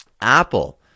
Apple